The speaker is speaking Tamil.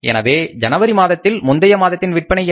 எனவே ஜனவரி மாதத்தில் முந்தைய மாதத்தின் விற்பனை என்ன